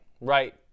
right